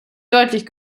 deutlich